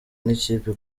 n’ikipe